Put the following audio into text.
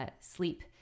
sleep